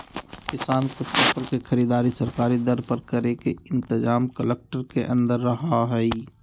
किसान के फसल के खरीदारी सरकारी दर पर करे के इनतजाम कलेक्टर के अंदर रहा हई